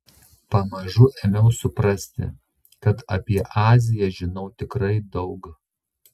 pamažu ėmiau suprasti kad apie aziją žinau tikrai daug